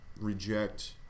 reject